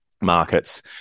markets